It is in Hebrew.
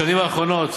בשנים האחרונות